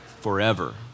Forever